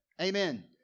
Amen